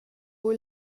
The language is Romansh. buc